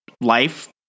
life